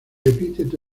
epíteto